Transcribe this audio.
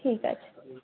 ঠিক আছে